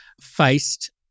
faced